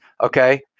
Okay